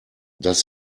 das